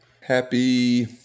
Happy